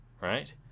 right